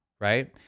right